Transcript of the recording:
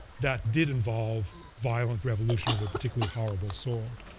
that did involve violent revolution of a particularly horrible sort.